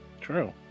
True